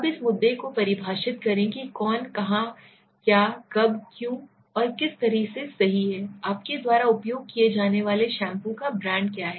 अब इस मुद्दे को परिभाषित करें कि कौन क्या कहाँ कब क्यों और किस तरह से सही है आपके द्वारा उपयोग किए जाने वाले शैम्पू का ब्रांड क्या है